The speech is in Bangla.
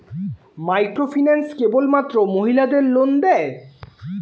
মাইক্রোফিন্যান্স কেবলমাত্র মহিলাদের লোন দেয়?